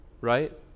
Right